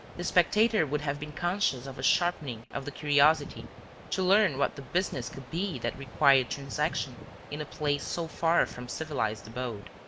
the spectator would have been conscious of a sharpening of the curiosity to learn what the business could be that required transaction in a place so far from civilized abode.